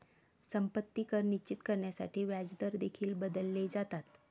संपत्ती कर निश्चित करण्यासाठी व्याजदर देखील बदलले जातात